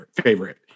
favorite